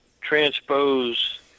transpose